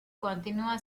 continua